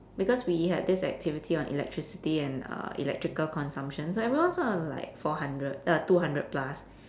because we had this activity of electricity and uh electrical consumption so everyone's one was like four hundred uh two hundred plus